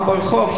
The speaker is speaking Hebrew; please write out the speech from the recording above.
או ברחוב,